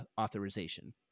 authorization